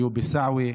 והיו בסעווה,